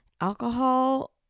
Alcohol